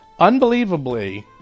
Unbelievably